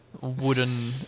wooden